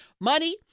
money